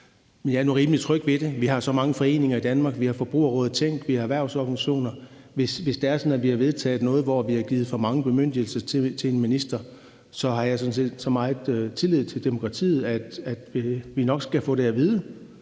jeg er nu rimelig tryg ved det. Vi har så mange foreninger i Danmark, vi har Forbrugerrådet Tænk, og vi har erhvervsorganisationer. Hvis det er sådan, at vi har vedtaget noget, hvor vi har givet for mange bemyndigelser til en minister, har jeg sådan set så meget tillid til demokratiet, at jeg er sikker på, vi nok skal få det at vide,